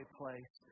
place